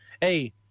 Hey